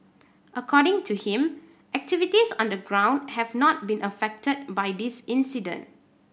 according to him activities on the ground have not been affected by this incident